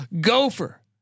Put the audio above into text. gopher